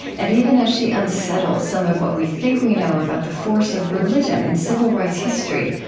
and even as she unsettles some of what we think we know about the force of religion in civil rights history,